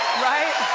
right?